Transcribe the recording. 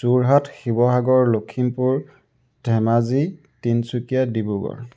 Jorhat Sivasagar Lakhimpur Dhemaji Tinsukia Dibrugarh